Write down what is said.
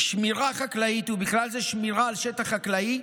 "שמירה חקלאית ובכלל זה שמירה על שטח חקלאי,